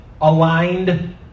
aligned